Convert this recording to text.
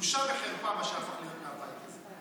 בושה וחרפה מה שהפך להיות מהבית הזה.